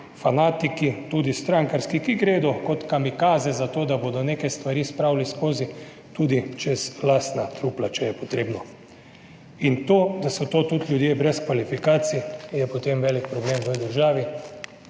fanatiki, tudi strankarski, ki gredo kot kamikaze zato, da bodo neke stvari spravili skozi, tudi čez lastna trupla, če je potrebno. In to, da so to tudi ljudje brez kvalifikacij, je potem velik problem v državi,